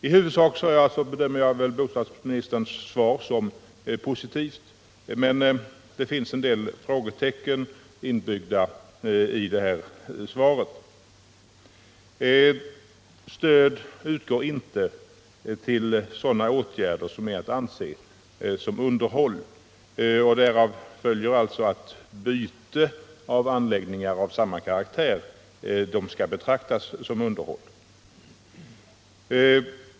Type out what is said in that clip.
I huvudsak bedömer jag bostadsministerns svar som positivt, men det finns en del frågetecken inbyggda i svaret. Stödet går inte till sådana åtgärder som är att anse som underhåll. Därav följer alltså att byte av anläggning till ny anläggning av samma karaktär skall betraktas som underhåll.